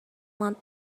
want